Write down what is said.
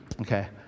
Okay